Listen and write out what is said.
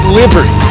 liberty